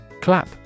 Clap